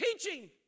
teaching